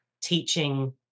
teaching